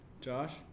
Josh